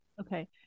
Okay